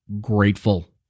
grateful